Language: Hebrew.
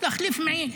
להחליף מעיל.